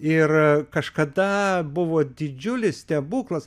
ir kažkada buvo didžiulis stebuklas